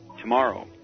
tomorrow